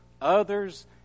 others